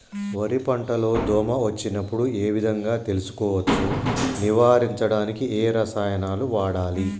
వరి పంట లో దోమ వచ్చినప్పుడు ఏ విధంగా తెలుసుకోవచ్చు? నివారించడానికి ఏ రసాయనాలు వాడాలి?